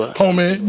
homie